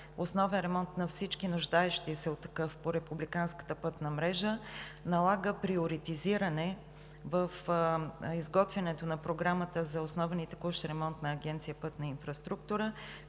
основен ремонт на всички нуждаещи се от такъв по републиканската пътна мрежа налага приоритизиране в изготвянето на програмата за основен и текущ ремонт на Агенция „Пътна инфраструктура“,